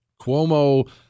Cuomo